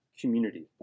community